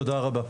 תודה רבה.